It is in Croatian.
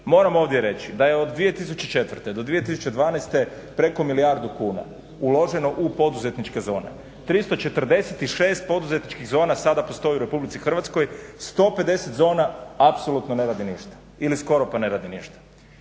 Moram ovdje reći da je od 2004. do 2012. preko milijardu kuna uloženo u poduzetničke zone, 346 poduzetničkih zona sada postoji u Republici Hrvatskoj, 150 zona apsolutno ne radi ništa ili skoro pa ne radi ništa.